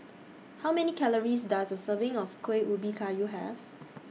How Many Calories Does A Serving of Kuih Ubi Kayu Have